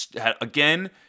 again